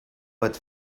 but